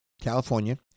California